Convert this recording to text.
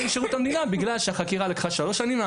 משירות המדינה חמש שנים בגלל שהחקירה לקחה שלוש שנים,